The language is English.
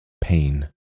pain